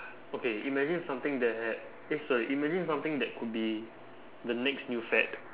okay imagine something that had eh sorry imagine something that could be the next new fad